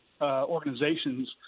organizations